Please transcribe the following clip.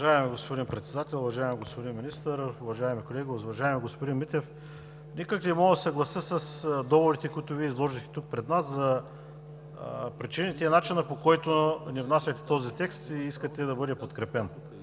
Уважаеми господин Председател, уважаеми господин Министър, уважаеми колеги! Уважаеми господин Митев, никак не мога да се съглася с доводите, които изложихте тук, пред нас, за причините и начина, по който ни внасяте този текст и искате да бъде подкрепен.